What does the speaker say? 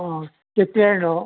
ಹಾಂ ಕಿತ್ತಲೆ ಹಣ್ಣು